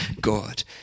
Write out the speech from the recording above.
God